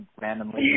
randomly